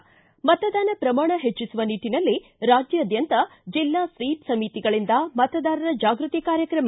ಿ ಮತದಾನ ಪ್ರಮಾಣ ಹೆಚ್ಚಿಸುವ ನಿಟ್ಟನಲ್ಲಿ ರಾಜ್ಯಾದ್ಯಂತ ಜಿಲ್ಲಾ ಸ್ವೀಪ ಸಮಿತಿಗಳಿಂದ ಮತದಾರರ ಜಾಗೃತಿ ಕಾರ್ಯಕ್ರಮ